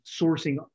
sourcing